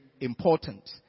important